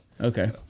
Okay